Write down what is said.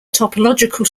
topological